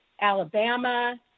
Alabama